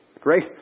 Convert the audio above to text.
Great